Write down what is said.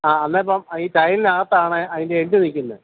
ആ എന്നാല് ഇപ്പം ഈ ടൈലിനകത്താണ് അതിൻ്റെ എന്ഡ് നില്ക്കുന്നത്